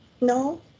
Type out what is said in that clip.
No